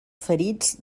ferits